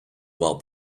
while